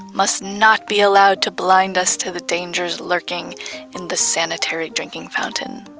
must not be allowed to blind us to the dangers lurking in the sanitary drinking fountain.